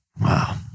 wow